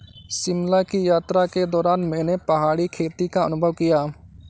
शिमला की यात्रा के दौरान मैंने पहाड़ी खेती का अनुभव किया